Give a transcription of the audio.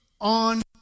on